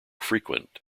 frequent